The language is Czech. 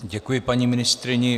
Děkuji paní ministryni.